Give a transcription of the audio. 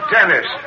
Dennis